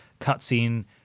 cutscene